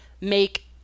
make